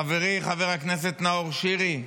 חברי חבר הכנסת נאור שירי,